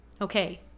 Okay